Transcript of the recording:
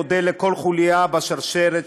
אני מודה לכל חוליה בשרשרת,